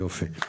יופי.